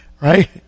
Right